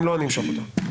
אם לא, אני אמשוך אותה.